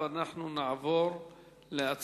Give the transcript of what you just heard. באמצע